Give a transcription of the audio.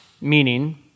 meaning